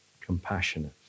compassionate